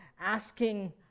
asking